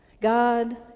God